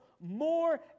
more